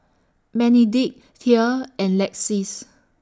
Benedict Thea and Lexis